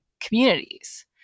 communities